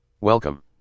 Welcome